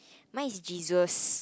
mine is Jesus